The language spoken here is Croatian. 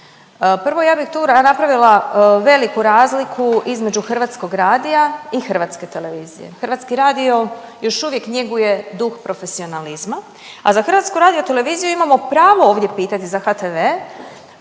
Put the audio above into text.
Prvo ja bih tu napravila veliku razliku između Hrvatskog radija i Hrvatske televizije. Hrvatski radio još uvijek njeguje duh profesionalizma, a za HRT imamo pravo ovdje pitati za HTV,